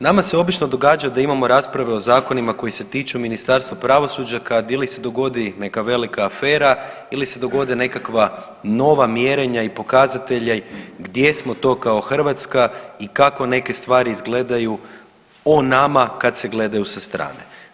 Nama se obično događa da imamo rasprave o zakonima koji se tiču Ministarstva pravosuđa kad ili se dogodi neka velika afera ili se dogode nekakva nova mjerenja i pokazatelji gdje smo to kao Hrvatska i kako neke stvari izgledaju o nama kad se gledaju sa strane.